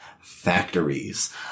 factories